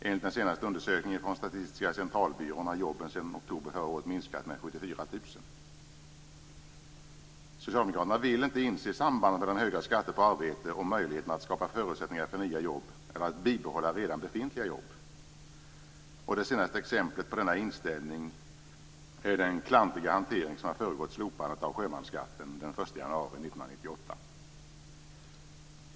Enligt den senaste undersökningen från Statistiska centralbyrån har jobben sedan oktober förra året minskat med Socialdemokraterna vill inte inse sambandet mellan höga skatter på arbete och möjligheten att skapa förutsättningar för nya jobb eller att bibehålla redan befintliga jobb. Det senaste exemplet på denna inställning är den klantiga hantering som har föregått slopandet av sjömansskatten den 1 januari 1998.